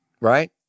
right